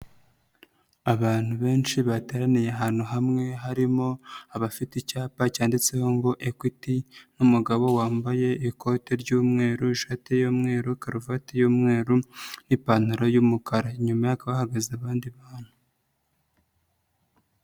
Abantu benshi bateraniye ahantu hamwe harimo abafite icyapa cyanditseho ngo ekwiti n'umugabo wambaye ikote ry'umweru, ishati y'umweru, karuvati y'umweru n'ipantaro y'umukara, inyuma hakaba hahagaze abandi bantu.